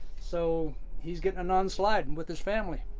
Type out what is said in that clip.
so he's getting a non-slide and with his family.